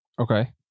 Okay